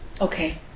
Okay